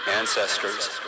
Ancestors